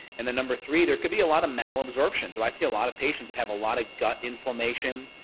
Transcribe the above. and the number three there could be a lot of malabsorption. so i see a lot of patients who have a lot of gut inflammation.